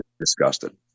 disgusted